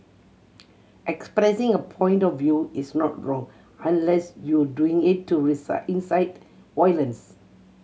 expressing a point of view is not wrong unless you doing it to incite violence